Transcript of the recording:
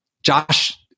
Josh